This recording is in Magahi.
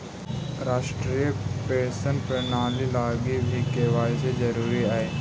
राष्ट्रीय पेंशन प्रणाली लगी भी के.वाए.सी जरूरी हई